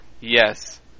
Yes